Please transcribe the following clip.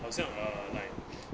好像 err like